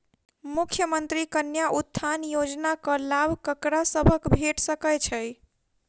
मुख्यमंत्री कन्या उत्थान योजना कऽ लाभ ककरा सभक भेट सकय छई?